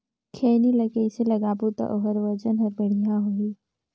खैनी ला कइसे लगाबो ता ओहार वजन हर बेडिया होही?